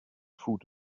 food